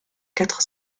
quatre